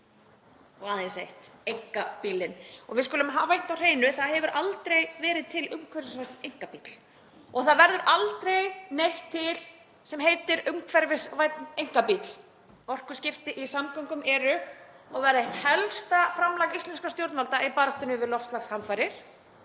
og aðeins eitt, einkabílinn. Við skulum hafa eitt á hreinu, það hefur aldrei verið til umhverfisvænn einkabíll og það verður aldrei neitt til sem heitir umhverfisvænn einkabíll. Orkuskipti í samgöngum eru og verða eitt helsta framlag íslenskra stjórnvalda í baráttunni við loftslagshamfarir.